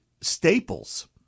staples